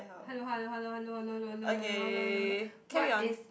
hello hello hello hello what is